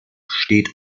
steht